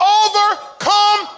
overcome